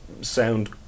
sound